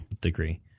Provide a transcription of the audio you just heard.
degree